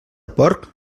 porc